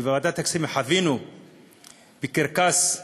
בוועדת הכספים חווינו קרקס מבזה.